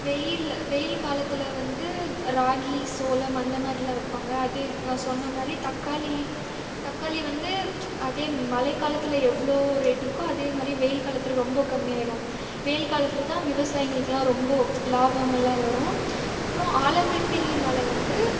வெயில் வெயில் காலத்தில் வந்து ராகி சோளம் அந்த மாதிரிலாம் வைப்பாங்க அது நான் சொன்ன மாதிரி தக்காளி தக்காளி வந்து அதே மழைக் காலத்தில் எவ்வளோ ரேட் இருக்கோ அதே மாதிரி வெயில் காலத்தில் ரொம்ப கம்மி ஆகிரும் வெயில் காலத்தில் தான் விவசாயிங்களுக்குலாம் ரொம்ப லாபம் நல்லா வரும் அப்புறம் ஆலங்கட்டி மழை வந்து